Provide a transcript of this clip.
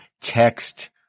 text